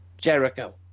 jericho